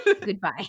goodbye